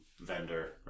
vendor